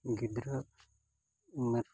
ᱜᱤᱫᱽᱨᱟᱹ ᱩᱢᱮᱨ